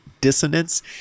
Dissonance